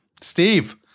Steve